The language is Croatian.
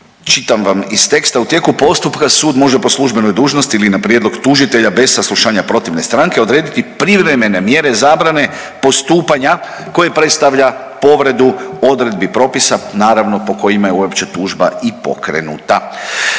čitam vam iz teksta, u tijeku postupka sud može po službenoj dužnosti ili na prijedlog tužitelja bez saslušanja protivne stranke odrediti privremene mjere zabrane postupanja koje predstavlja povredu odredbi propisa naravno po kojima je uopće tužba i pokrenuta.